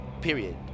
period